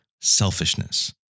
selfishness